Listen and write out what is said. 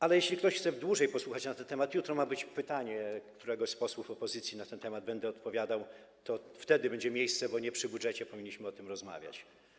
Ale jeśli ktoś chce więcej usłyszeć na ten temat - jutro ma być pytanie któregoś z posłów opozycji w tej sprawie, będę odpowiadał, wtedy będzie na to miejsce, bo nie przy budżecie powinniśmy o tym rozmawiać.